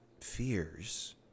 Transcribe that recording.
fears